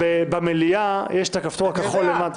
במליאה יש הכפתור הכחול למטה.